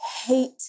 hate